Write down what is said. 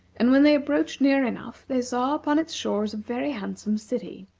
and when they approached near enough, they saw upon its shores a very handsome city.